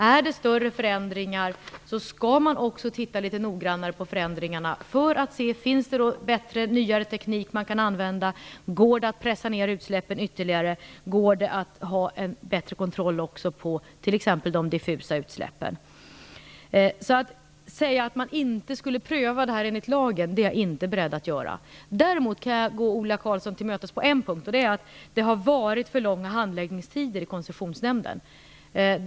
Är det större förändringar skall man också titta noggrannare på förändringarna för att se om det finns bättre, nyare teknik man kan använda, om det går att pressa ner utsläppen ytterligare och om det går att ha en bättre kontroll också av t.ex. de diffusa utsläppen. Att säga att man inte skulle pröva detta enligt lagen är jag alltså inte beredd att göra. Däremot kan jag gå Ola Karlsson till mötes på en punkt, och det är att det har varit för långa handläggningstider i Koncessionsnämnden.